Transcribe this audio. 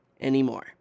anymore